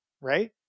right